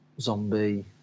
zombie